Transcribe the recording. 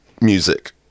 music